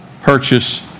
purchase